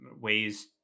ways